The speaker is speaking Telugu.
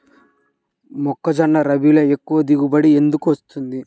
మొక్కజొన్న రబీలో ఎక్కువ దిగుబడి ఎందుకు వస్తుంది?